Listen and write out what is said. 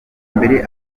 mbere